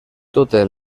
totes